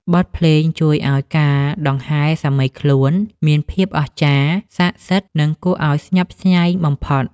បទភ្លេងជួយឱ្យការដង្ហែសាមីខ្លួនមានភាពអស្ចារ្យ សក្ដិសិទ្ធិ និងគួរឱ្យស្ញប់ស្ញែងបំផុត។